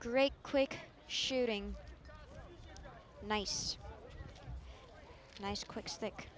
great quick shooting nice nice quick stick